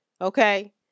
Okay